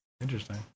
Interesting